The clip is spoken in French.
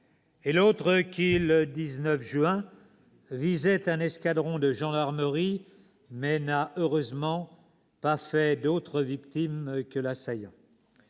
et l'autre qui, le 19 juin, visait un escadron de gendarmerie, mais n'a heureusement pas fait d'autres victimes que l'assaillant.